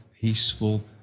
peaceful